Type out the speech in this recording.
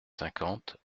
cinquante